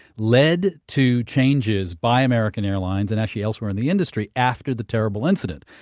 led to changes by american airlines and actually elsewhere in the industry after the terrible incident.